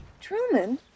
Truman